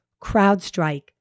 CrowdStrike